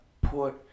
put